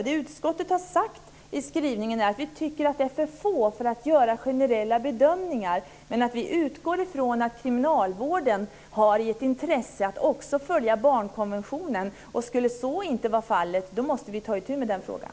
Det utskottet har skrivit är att vi tycker att det är för få för att man ska kunna göra generella bedömningar, men att vi utgår ifrån att kriminalvården har intresse av att följa barnkonventionen. Skulle så inte vara fallet måste vi ta itu med den frågan.